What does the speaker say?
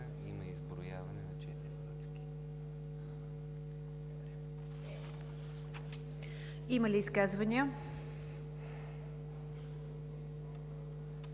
Има ли изказвания?